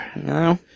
No